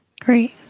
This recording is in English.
Great